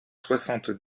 soixante